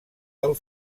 del